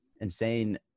insane